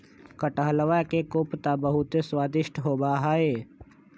कटहलवा के कोफ्ता बहुत स्वादिष्ट होबा हई